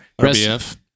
RBF